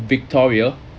victoria